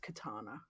katana